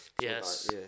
Yes